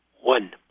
one